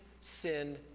sin